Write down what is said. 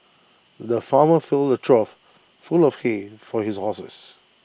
the farmer filled A trough full of hay for his horses